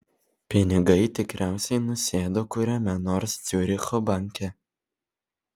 pinigai tikriausiai nusėdo kuriame nors ciuricho banke